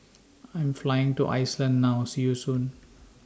I Am Flying to Iceland now See YOU Soon